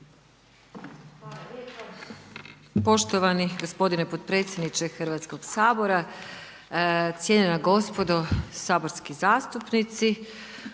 Hvala lijepo